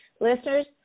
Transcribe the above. Listeners